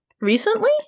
recently